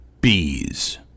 bees